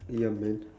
ya man